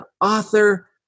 author